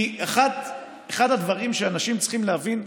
כי אחד הדברים שאנשים צריכים להבין,